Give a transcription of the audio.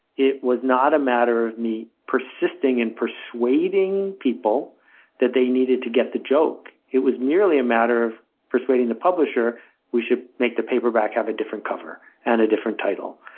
it was not a matter of me persisting and persuading people that they needed to get the joke. it was merely a matter of persuading the publisher we should just make the paperback have a different cover and a different title.